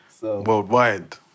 Worldwide